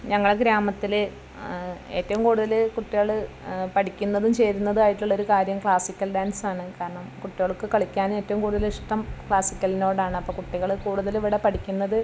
ഞങ്ങളെ ഗ്രാമത്തിൽ ഏറ്റവും കൂടുതൽ കുട്ടികൾ പഠിക്കുന്നതും ചേരുന്നതും ആയിട്ടുള്ളൊരു കാര്യം ക്ലാസ്സിക്കൽ ഡാൻസാണ് കാരണം കുട്ടികൾക്ക് കളിക്കാൻ ഏറ്റവും കൂടുതൽ ഇഷ്ടം ക്ലാസ്സിക്കലിനോടാണ് അപ്പോൾ കുട്ടികൾ കൂടുതലിവിടെ പഠിക്കുന്നത്